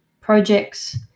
projects